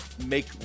make